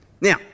Now